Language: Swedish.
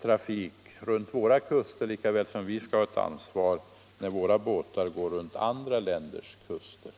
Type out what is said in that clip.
trafik runt våra kuster, lika väl som vi skall ha ett ansvar när våra båtar går runt andra länders kuster.